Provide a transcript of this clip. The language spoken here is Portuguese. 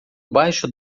baixo